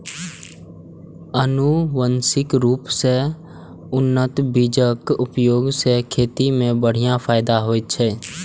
आनुवंशिक रूप सं उन्नत बीजक उपयोग सं खेती मे बढ़िया फायदा होइ छै